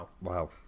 Wow